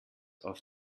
auf